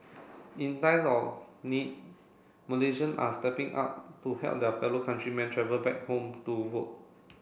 in times of need Malaysian are stepping up to help their fellow countrymen travel back home to vote